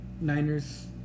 Niners